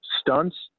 stunts